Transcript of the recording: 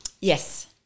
Yes